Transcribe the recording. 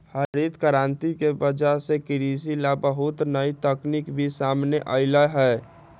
हरित करांति के वजह से कृषि ला बहुत नई तकनीक भी सामने अईलय है